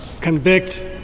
Convict